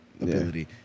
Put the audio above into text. ability